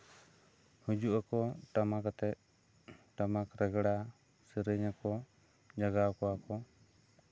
ᱦᱤᱡᱩᱜ ᱟᱠᱚ ᱴᱟᱢᱟᱠ ᱟᱛᱮᱜ ᱴᱟᱢᱟᱠ ᱨᱮᱜᱽᱲᱟ ᱥᱮᱨᱮᱧ ᱟᱠᱚ ᱡᱟᱜᱟᱣ ᱠᱚᱣᱟ ᱠᱚ